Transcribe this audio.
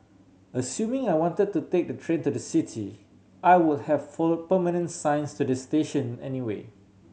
assuming I wanted to take the train to the city I would have follow permanent signs to the station anyway